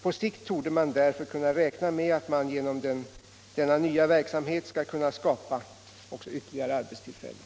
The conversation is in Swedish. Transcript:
På sikt torde man därför kunna räkna med att man genom denna nya verksamhet skall kunna skapa ytterligare arbetstillfällen.